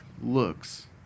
looks